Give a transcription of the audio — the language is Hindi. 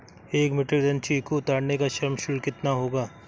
एक मीट्रिक टन चीकू उतारने का श्रम शुल्क कितना होगा?